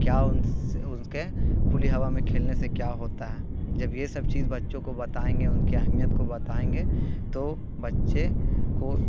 کیا ان سے ان کے کھلی ہوا میں کھیلنے سے کیا ہوتا ہے جب یہ سب چیز بچوں کو بتائیں گے ان کی اہمیت کو بتائیں گے تو بچے کو